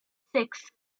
six